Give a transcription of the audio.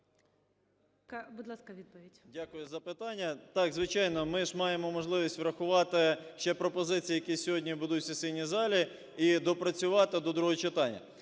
Дякую за питання. Так, звичайно, ми ж маємо можливість врахувати ще пропозиції, які сьогодні будуть в сесійній залі, і доопрацювати до другого читання.